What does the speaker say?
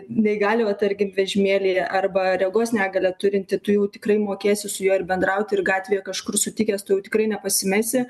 neįgaliojo tarkim vežimėlyje arba regos negalią turintį tu jau tikrai mokėsi su juo ir bendrauti ir gatvėje kažkur sutikęs tu jau tikrai nepasimesi